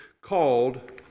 called